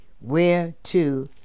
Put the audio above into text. whereto